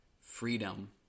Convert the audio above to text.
freedom